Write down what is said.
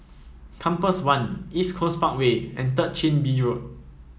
Compass One East Coast Parkway and Third Chin Bee Road